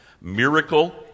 Miracle